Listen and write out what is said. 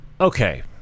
okay